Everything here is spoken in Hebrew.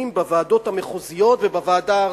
בוועדות המחוזיות ובוועדה הארצית.